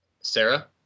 Sarah